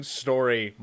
story